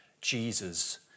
Jesus